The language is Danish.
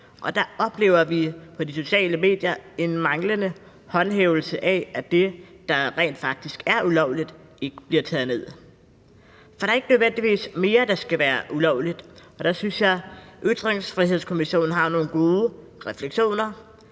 Og der oplever vi på de sociale medier en manglende håndhævelse, for det, der rent faktisk er ulovligt, bliver ikke taget ned. For det er ikke nødvendigvis mere, der skal være ulovligt. Der synes jeg at Ytringsfrihedskommissionen har nogle gode refleksioner.